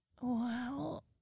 wow